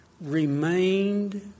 remained